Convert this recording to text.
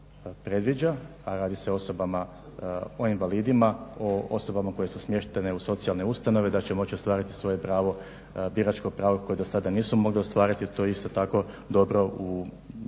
a radi se osobama invalidima o osobama koje su smještene u socijalne ustanove da će moći ostvariti svoje pravo biračko pravo koje do sada nisu mogli ostvariti. To je isto tako dobar